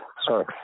Sorry